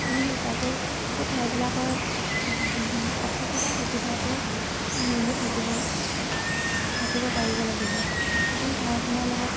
আমি সেই তাকেই সেই ঠাইবিলাকৰ অসুবিধা সুবিধাতো মিলি থাকিব থাকিব পাৰিব লাগিব নতুন ঠাই এখনৰ লগত